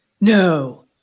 No